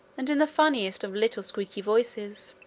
and in the funniest of little squeaky voices.